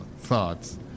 thoughts